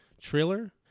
trailer